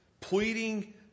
pleading